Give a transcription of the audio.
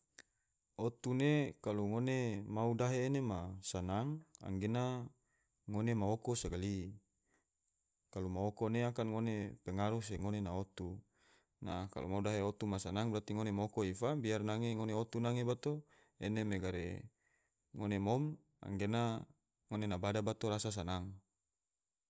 Otu ne kalu ngone mau dahe ene ma sanang, anggena ngone ma oko sagali, kalu ma oko ne akan ngone pengaruh se ngone ma otu. kalo mau dahe otu ma sanang brati ngone ma oko ifa biar nange ngone otu nange bato ngone mom ngone na bada bato rasa sanang